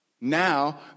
now